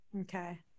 Okay